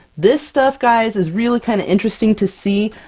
this stuff, guys, is really kind of interesting to see.